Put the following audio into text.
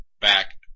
back